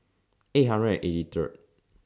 eight hundred and eighty Third